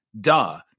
Duh